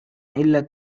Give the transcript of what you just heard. இல்ல